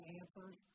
answers